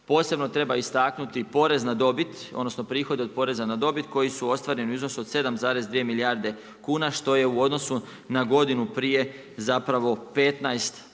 dobit, odnosno, prihode od poreza na dobit, koji su ostvareni u iznosu od 7,2 milijarde kuna, što je u odnosu na godinu prije zapravo 15%